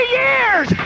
years